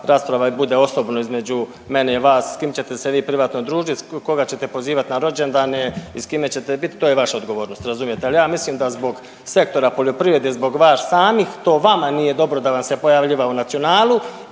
rasprava bude osobno između mene i vas, s kim ćete se vi privatno družiti, koga ćete pozivati na rođendane i s kime ćete bit, to je vaša odgovornost, razumijete? Ali, ja mislim da zbog sektora poljoprivrede zbog vas samih to vama nije dobro da vam se pojavljiva u Nacionalu